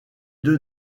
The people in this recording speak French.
deux